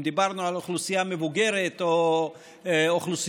אם דיברנו על אוכלוסייה מבוגרת או אוכלוסיות